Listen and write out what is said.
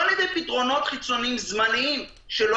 לא על ידי פתרונות חיצוניים זמניים שלא